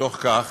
בתוך כך